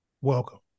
Welcome